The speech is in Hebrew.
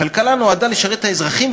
הכלכלה נועדה לשרת את האזרחים,